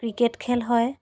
cricket খেল হয়